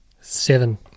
Seven